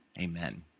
amen